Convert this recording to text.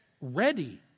ready